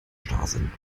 starrsinn